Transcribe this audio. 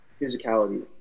physicality